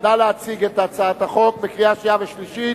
נא להציג את הצעת החוק לקריאה שנייה וקריאה שלישית.